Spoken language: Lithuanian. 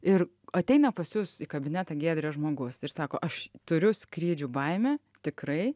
ir ateina pas jus į kabinetą giedrė žmogus ir sako aš turiu skrydžių baimę tikrai